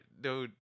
dude